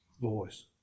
voice